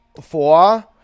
Four